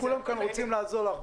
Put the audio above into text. כולם כאן רוצים לעזור לך,